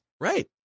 Right